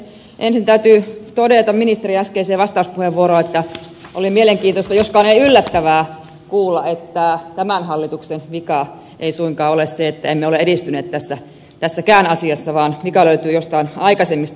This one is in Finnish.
ensin täytyy todeta ministerin äskeiseen vastauspuheenvuoroon että oli mielenkiintoista joskaan ei yllättävää kuulla että tämän hallituksen vika ei suinkaan ole se että emme ole edistyneet tässäkään asiassa vaan vika löytyy joistain aikaisemmista hallituksista